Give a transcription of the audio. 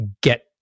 get